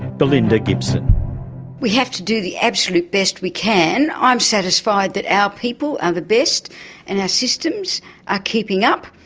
belinda gibson we have to do the absolute best we can. i'm satisfied that our people are the best and our systems are keeping up,